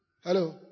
Hello